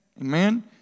Amen